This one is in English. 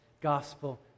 gospel